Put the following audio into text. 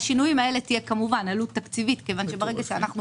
לשינויים האלה תהיה כמובן עלות תקציבית מכיוון שברגע שאנחנו